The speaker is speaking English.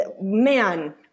man